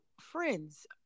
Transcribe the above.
friends